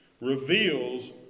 reveals